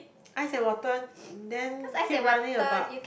ice and water then keep running about